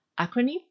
acronym